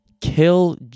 kill